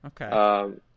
Okay